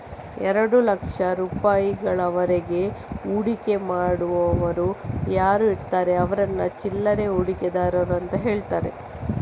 ಎರಡು ಲಕ್ಷ ರೂಪಾಯಿಗಳವರೆಗೆ ಹೂಡಿಕೆ ಮಾಡುವವರು ಯಾರು ಇರ್ತಾರೆ ಅವ್ರನ್ನ ಚಿಲ್ಲರೆ ಹೂಡಿಕೆದಾರರು ಅಂತ ಹೇಳ್ತಾರೆ